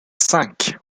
cinq